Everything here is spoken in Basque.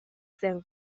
zen